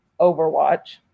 Overwatch